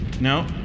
no